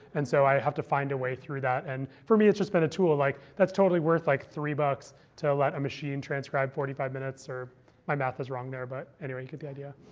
and so i have to find a way through that. and for me, it's just been a tool. like that's totally worth like three dollars to let a machine transcribe forty five minutes or my math is wrong there. but anyway, you get the idea.